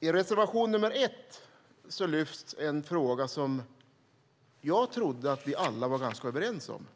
I reservation nr 1 lyfts en fråga som jag trodde att vi alla var ganska överens om.